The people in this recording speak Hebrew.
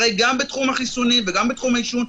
הרי גם בתחום החיסונים וגם בתחום העישון,